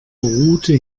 route